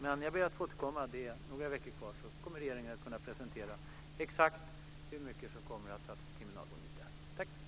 Men jag ber att få återkomma. Det är några veckor kvar. Sedan kommer regeringen att kunna presentera exakt hur mycket ytterligare som kommer att satsas på kriminalvården.